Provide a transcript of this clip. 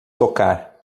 tocar